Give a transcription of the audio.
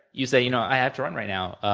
you say you know, i have to run right now.